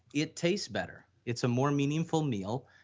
it tastes better, it's a more meaningful meal.